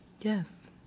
Yes